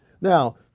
Now